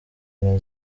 nka